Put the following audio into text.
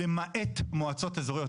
'למעט מועצות אזוריות',